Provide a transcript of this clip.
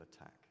attack